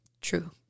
True